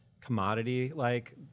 commodity-like